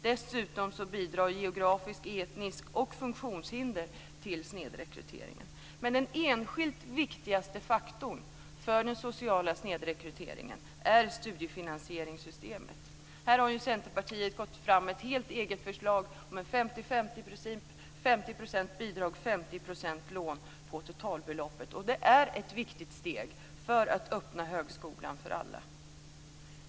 Dessutom bidrar geografisk och etnisk bakgrund och funktionshinder till snedrekryteringen. Men den viktigaste enskilda faktorn för den sociala snedrekryteringen är studiefinansieringssystemet. Här har Centerpartiet gått fram med ett eget förslag om en 50-50-princip - 50 % bidrag och 50 % lån. Det är ett viktigt steg mot att öppna högskolan för alla.